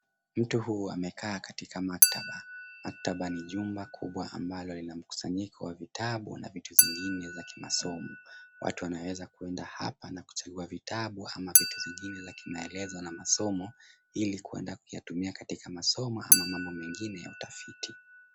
Mtu huyu amekaa katika maktaba. Maktaba ni jumba kubwa ambalo lina mkusanyiko wa vitabu na vitu vingine vya kimasomo. Watu wanaweza kuenda hapa na kuchagua vitabu ama vitu vingine vya kimaelezo na masomo ili kuendelea kuyatumia katika masomo au mabo mengine ya utafiti.